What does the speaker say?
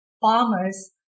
farmers